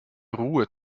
ruhe